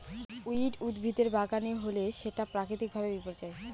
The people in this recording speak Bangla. উইড উদ্ভিদের বাগানে হলে সেটা প্রাকৃতিক ভাবে বিপর্যয়